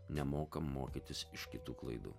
nemokam mokytis iš kitų klaidų